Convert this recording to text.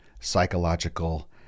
psychological